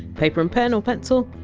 paper and pen or pencil?